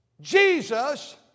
Jesus